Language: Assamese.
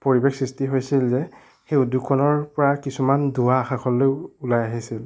পৰিৱেশ সৃষ্টি হৈছিল যে সেই উদ্যাগখনৰ পৰা কিছুমান ধোঁৱা সকলো ওলাই আহিছিল